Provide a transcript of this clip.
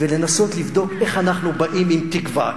ולנסות לבדוק איך אנחנו באים עם תקווה.